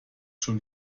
schon